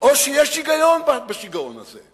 או שיש היגיון בשיגעון הזה?